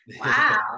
Wow